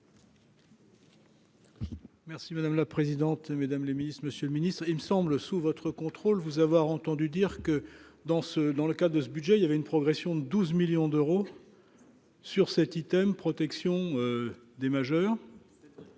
Merci madame la présidente, mesdames les ministres, monsieur le ministre, il me semble, sous votre contrôle vous avoir entendu dire que dans ce dans le cadre de ce budget, il y avait une progression de 12 millions d'euros sur cet item protection des majeurs.